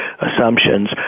assumptions